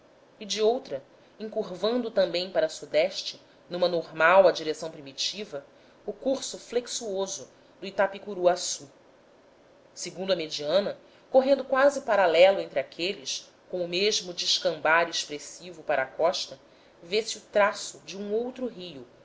e de outra encurvando também para sudeste numa normal à direção primitiva o curso flexuoso do itapicuruaçu segundo a mediana correndo quase paralelo entre aqueles com o mesmo descambar expressivo para a costa vê-se o traço de um outro rio